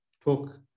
talk